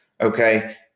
Okay